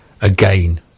again